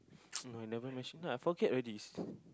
no I never mention no I forget already